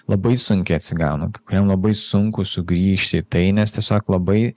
labai sunkiai atsigauna kuriem labai sunku sugrįžti į tai nes tiesiog labai